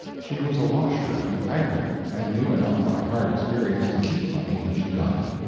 she was a washer and ironer, and knew enough by hard experience to keep money when she got it.